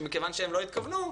שמכיוון שהם לא התכוונו,